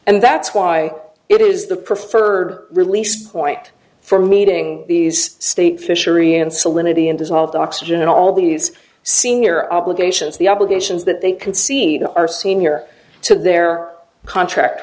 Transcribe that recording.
and that's why it is the preferred release point for meeting these state fishery and salinity in dissolved oxygen all these senior obligations the obligations that they can see our senior to their contract